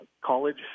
college